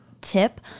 tip